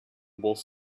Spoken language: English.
both